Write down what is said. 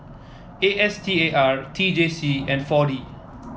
A S T A R T J C and Four D